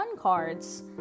cards